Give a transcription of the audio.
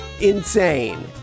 insane